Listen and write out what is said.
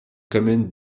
commune